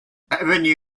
avenue